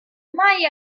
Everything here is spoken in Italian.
mai